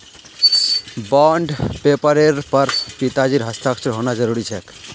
bond पेपरेर पर पिताजीर हस्ताक्षर होना जरूरी छेक